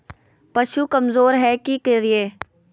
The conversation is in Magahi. पशु कमज़ोर है कि करिये?